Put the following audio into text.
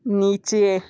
नीचे